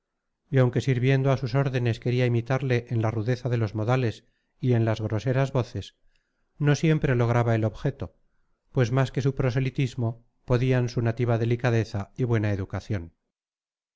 y aunque sirviendo a sus órdenes quería imitarle en la rudeza de los modales y en las groseras voces no siempre lograba el objeto pues más que su proselitismo podían su nativa delicadeza y buena educación